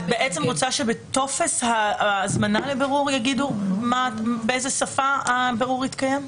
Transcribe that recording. את רוצה שבטופס ההזמנה לבירור יאמרו באיזה שפה יתקיים הבירור?